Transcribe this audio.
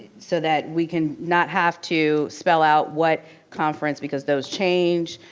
so that we can not have to spell out what conference, because those change.